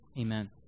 Amen